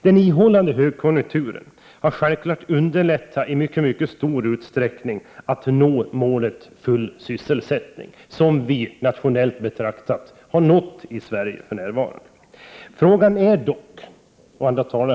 Den ihållande högkonjunkturen har självfallet i hög grad underlättat strävandena att nå målet full sysselsättning, ett mål som vi, om man ser till hela landet, nu har nått.